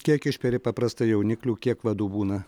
kiek išperi paprastai jauniklių kiek vadų būna